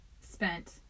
spent